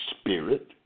spirit